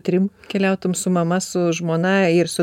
trim keliautum su mama su žmona ir su